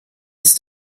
ist